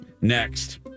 Next